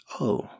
Oh